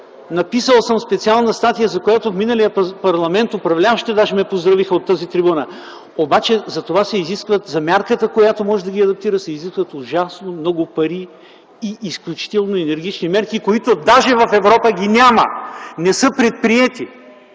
написал в специална статия, за която в миналия парламент управляващите даже ме поздравиха от тази трибуна. Обаче за мярката, която може да ги адаптира, се изискват ужасно много пари и изключително енергични мерки, които даже в Европа ги няма, не са предприети!